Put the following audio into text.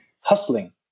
hustling